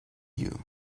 you